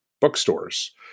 bookstores